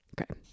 Okay